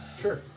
Sure